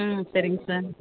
ம் சரிங்க சார்